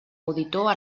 auditor